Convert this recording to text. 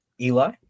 Eli